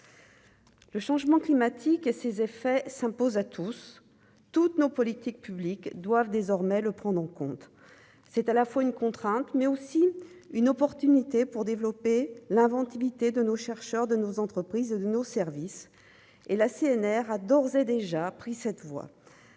le changement climatique et ses effets s'impose à tous toutes nos politiques publiques doivent désormais le prendre en compte, c'est à la fois une contrainte, mais aussi une opportunité pour développer l'inventivité de nos chercheurs de nos entreprises, de nos services et la CNR a d'ores et déjà pris cette voie